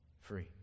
free